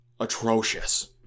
atrocious